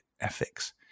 ethics